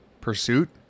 pursuit